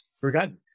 forgotten